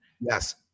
yes